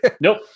nope